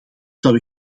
zou